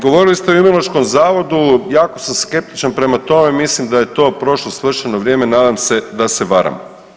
Govorili ste i o Imunološkom zavodu, jako sam skeptičan prema tome, mislim da je to prošlo svršeno vrijeme, nadam se da se varam.